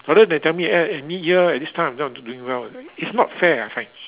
rather than tell me at mid year at this time I'm not doing well it's not fair I find